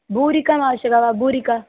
पूरिका आवश्यकी वा पूरिका